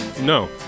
No